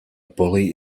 bully